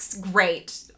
great